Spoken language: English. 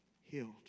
healed